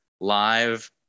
live